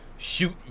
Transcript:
Shoot